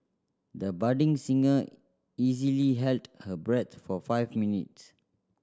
the budding singer easily held her breath for five minutes